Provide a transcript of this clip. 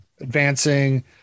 advancing